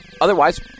Otherwise